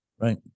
Right